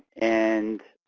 and